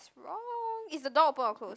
wrong is the door open or closed